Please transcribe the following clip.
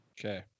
Okay